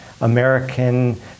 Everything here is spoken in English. American